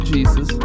Jesus